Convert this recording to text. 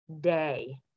day